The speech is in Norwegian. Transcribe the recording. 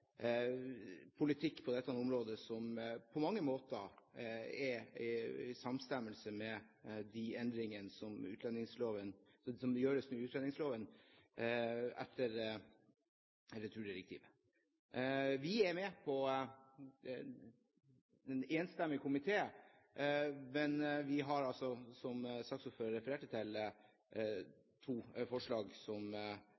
politikk på dette området som på mange måter er i overensstemmelse med de endringene som gjøres i utlendingsloven ved gjennomføring av returdirektivet. Vi er med i en enstemmig komité, men vi har altså, som saksordføreren refererte til,